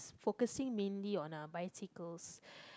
focusing mainly on uh bicycles